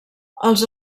els